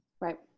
Right